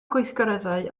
gweithgareddau